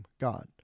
God